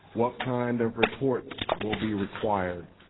what kind of reports will be required?